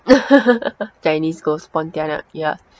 chinese ghost pontianak ya